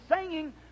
singing